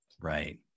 Right